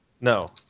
No